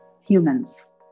humans